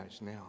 now